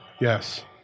yes